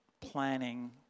planning